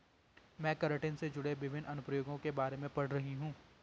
मैं केराटिन से जुड़े विभिन्न अनुप्रयोगों के बारे में पढ़ रही हूं